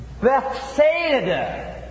Bethsaida